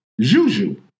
Juju